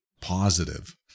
positive